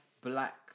black